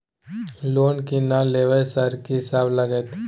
Loan की ना लेबय सर कि सब लगतै?